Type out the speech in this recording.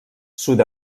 sud